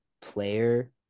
player